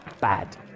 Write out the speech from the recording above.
bad